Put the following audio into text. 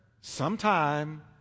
sometime